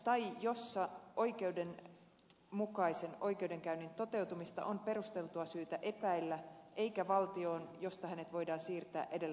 tai jossa oikeudenmukaisen oikeudenkäynnin toteutumista on perusteltua syytä epäillä eikä valtioon josta hänet voidaan siirtää edellä tarkoitettuun valtioon